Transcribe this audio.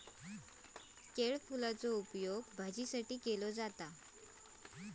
केळफुलाचो उपयोग भाजीसाठी केलो जाता